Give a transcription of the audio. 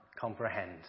comprehend